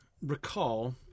recall